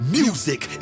music